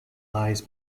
lies